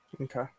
Okay